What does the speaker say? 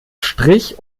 strich